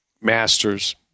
Masters